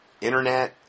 internet